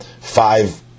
five